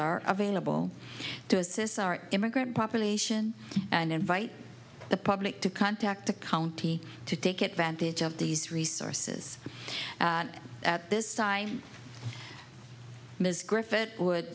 are available to assist our immigrant population and invite the public to contact the county to take advantage of these resources at this time ms griffith would